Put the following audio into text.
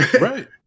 Right